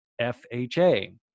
FHA